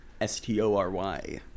S-T-O-R-Y